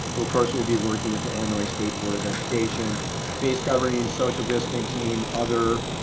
who of course will be working with the illinois state board of education phase covering social distancing, other